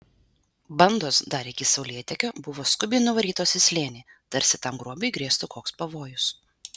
bandos dar iki saulėtekio buvo skubiai nuvarytos į slėnį tarsi tam grobiui grėstų koks pavojus